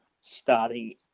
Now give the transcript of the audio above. starting